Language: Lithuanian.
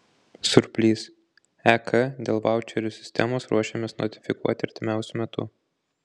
surplys ek dėl vaučerių sistemos ruošiamės notifikuoti artimiausiu metu